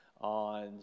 on